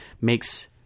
makes